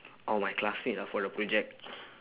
oh my classmate ah for the project